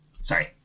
Sorry